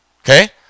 Okay